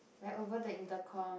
like over the intercom